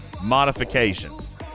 modifications